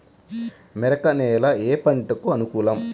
మెరక నేల ఏ పంటకు అనుకూలం?